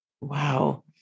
Wow